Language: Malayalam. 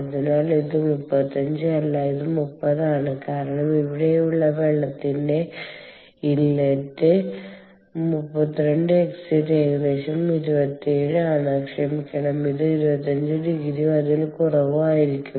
അതിനാൽ ഇത് 35 അല്ല ഇത് 30 ആണ് കാരണം ഇവിടെയുള്ള വെള്ളത്തിന്റെ ഇൻലെറ്റ് 32 എക്സിറ്റ് ഏകദേശം 27 ആണ് ക്ഷമിക്കണം ഇത് 25 ഡിഗ്രിയോ അതിൽ കുറവോ ആയിരിക്കും